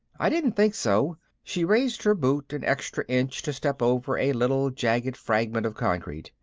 i didn't think so. she raised her boot an extra inch to step over a little jagged fragment of concrete.